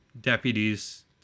deputies